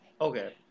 Okay